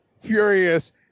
furious